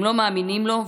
הם לא מאמינים לו,